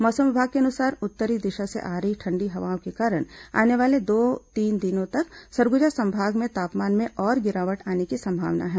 मौसम विभाग के अनुसार उत्तरी दिशा से आ रही ठंडी हवाओं के कारण आने वाले दो तीन दिनों तक सरगुजा संभाग में तापमान में और गिरावट आने की संभावना है